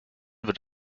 wird